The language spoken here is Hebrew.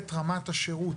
את רמת השירות,